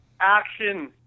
Action